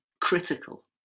critical